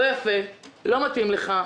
לא יפה, לא מתאים לך.